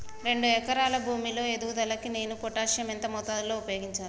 రెండు ఎకరాల భూమి లో ఎదుగుదలకి నేను పొటాషియం ఎంత మోతాదు లో ఉపయోగించాలి?